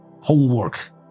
homework